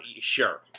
Sure